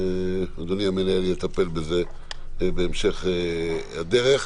אדוני המנהל יטפל בזה בהמשך הדרך.